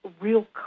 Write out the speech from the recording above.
real